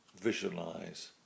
visualize